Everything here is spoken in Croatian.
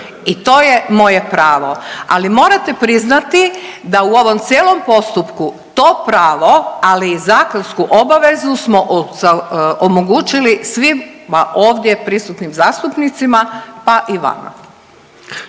i to je moje pravo, ali morate priznati da u ovom cijelom postupku to pravo, ali i zakonsku obvezu smo omogućili svima ovdje prisutnim zastupnicima pa i vama.